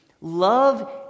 Love